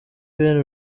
bene